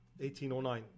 1809